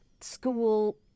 school